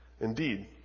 Indeed